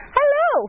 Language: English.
Hello